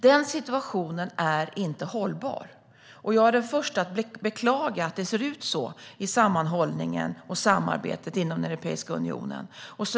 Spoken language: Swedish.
Den situationen är inte hållbar, och jag är den första att beklaga att det ser ut så i sammanhållningen och samarbetet inom Europeiska unionen.